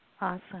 awesome